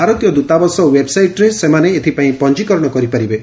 ଭାରତୀୟ ଦୂତାବାସ ଓ୍ୱେବ୍ସାଇଟ୍ରେ ସେମାନେ ଏଥିପାଇଁ ପଞ୍ଜିକରଣ କରିପାରିବେ